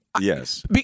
Yes